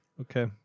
Okay